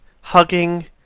hugging